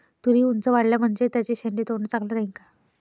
तुरी ऊंच वाढल्या म्हनजे त्याचे शेंडे तोडनं चांगलं राहीन का?